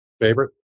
favorite